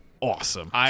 awesome